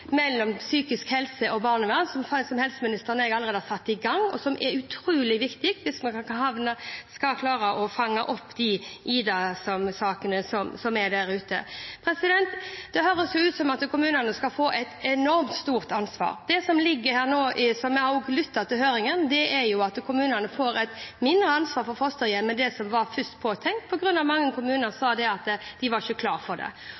mellom psykisk helsevern og barnevern, noe som helseministeren og jeg allerede har satt i gang, og som er utrolig viktig hvis vi skal klare å fange opp de Ida-sakene som er der ute. Det høres ut som om kommunene skal få et enormt stort ansvar. Det som ligger her nå – jeg har også lyttet til høringsinstansene – er at kommunene får et mindre ansvar for fosterhjem enn det som først var påtenkt, fordi mange kommuner sa at de ikke var klare for det.